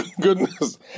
Goodness